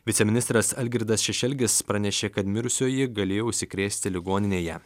viceministras algirdas šešelgis pranešė kad mirusioji galėjo užsikrėsti ligoninėje